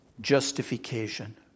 justification